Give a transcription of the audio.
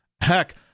Heck